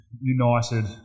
United